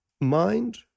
mind